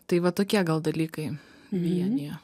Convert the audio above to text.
tai va tokie gal dalykai vienija